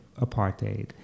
apartheid